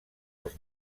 als